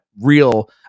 real